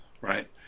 right